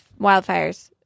wildfires